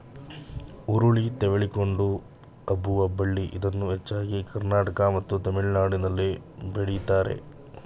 ಹುರುಳಿ ತೆವಳಿಕೊಂಡು ಹಬ್ಬುವ ಬಳ್ಳಿ ಇದನ್ನು ಹೆಚ್ಚಾಗಿ ಕರ್ನಾಟಕ ಮತ್ತು ತಮಿಳುನಾಡಲ್ಲಿ ಬೆಳಿತಾರೆ